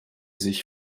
sich